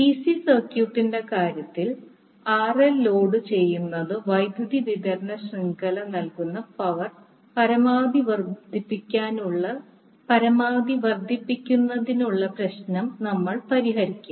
DC സർക്യൂട്ടിന്റെ കാര്യത്തിൽ RL ലോഡുചെയ്യുന്നതിന് വൈദ്യുതി വിതരണ ശൃംഖല നൽകുന്ന പവർ പരമാവധി വർദ്ധിപ്പിക്കുന്നതിനുള്ള പ്രശ്നം നമ്മൾ പരിഹരിക്കും